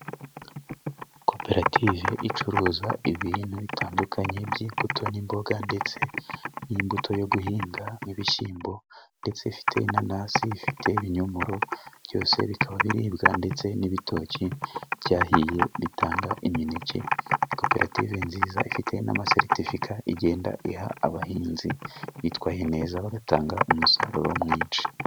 Koperative icuruza ibintu bitandukanye by'imbuto n'imboga ndetse n'imbuto yo guhinga nk'ibishyimbo ndetse ifite inanasi, ifite ibinyomoro, byose bikaba biribwa ndetse n'ibitoki byahiye bitanga imineke. Koperative nziza ifite n'amaseritifika igenda iha abahinzi bitwaye neza bagatanga umusaruro mwinshi.